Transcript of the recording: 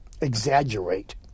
exaggerate